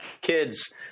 kids